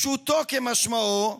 פשוטו כמשמעו.